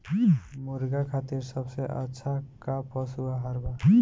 मुर्गा खातिर सबसे अच्छा का पशु आहार बा?